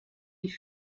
die